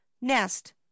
Nest